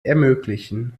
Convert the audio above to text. ermöglichen